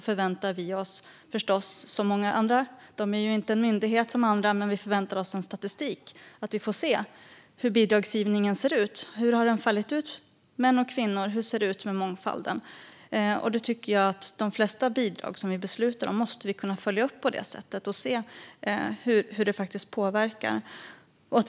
Filminstitutet är ju inte en myndighet som andra, men vi förväntar oss förstås att få se en statistik över hur bidragsgivningen ser ut, hur fördelningen mellan män och kvinnor fallit ut och hur det ser ut med mångfalden. Jag tycker att vi måste kunna följa upp de flesta bidrag som vi beslutar om på det sättet och se hur det faktiskt påverkar.